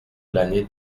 l’année